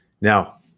now